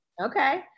Okay